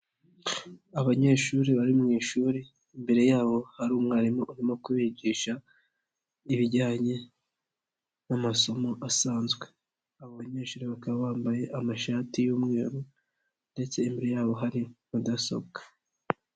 Abanyeshuri bari mu ishuri, imbere yabo hari umwarimu urimo kubigisha ibijyanye n'amasomo asanzwe, abo banyeshuri bakaba bambaye amashati y'umweru ndetse imbere yabo hari mudasobwa.